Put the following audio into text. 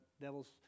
devils